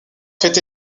fait